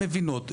מבינות.